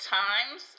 times